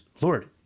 Lord